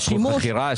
מכירה?